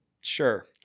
sure